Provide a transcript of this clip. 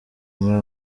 muri